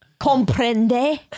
Comprende